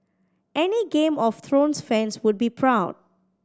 any Game of Thrones fans would be proud